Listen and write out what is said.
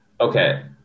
okay